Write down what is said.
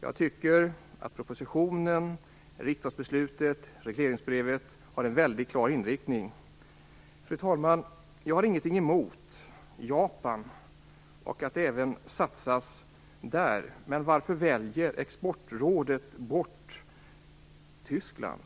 Jag anser att propositionen, riksdagsbeslutet och regeringens regleringsbrev har en väldigt klar inriktning. Fru talman! Jag har ingenting emot Japan, och jag har inget emot satsningar där. Men varför väljer Exportrådet bort Tyskland?